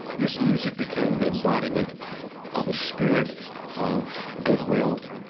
this music became the embodiment of a spirit of goodwill,